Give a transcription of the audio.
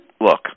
look